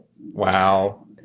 Wow